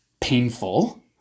painful